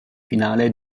finale